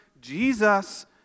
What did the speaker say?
Jesus